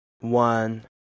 one